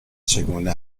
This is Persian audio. چگونه